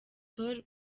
sol